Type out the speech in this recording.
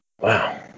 Wow